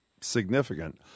significant